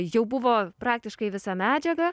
jau buvo praktiškai visa medžiaga